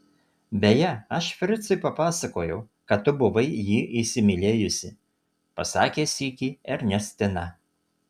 beje aš fricui papasakojau kad tu buvai jį įsimylėjusi pasakė sykį ernestina